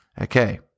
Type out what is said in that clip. Okay